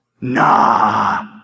Nah